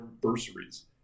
bursaries